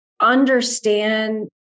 understand